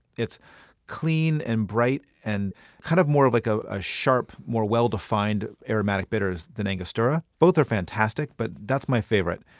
it's clean, and bright and kind of of like ah a sharp, more well-defined aromatic bitters than angostura. both are fantastic, but that's my favorite.